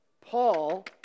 Paul